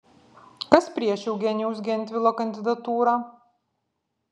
kas prieš eugenijaus gentvilo kandidatūrą